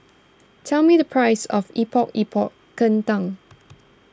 tell me the price of Epok Epok Kentang